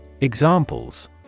Examples